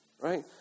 right